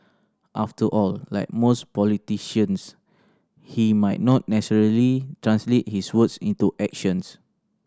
after all like most politicians he might not necessarily translate his words into actions